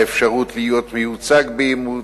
האפשרות להיות מיוצג באימוץ.